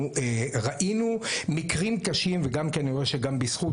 ראינו מקרים קשים ואני רואה שגם "בזכות"